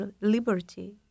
liberty